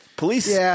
Police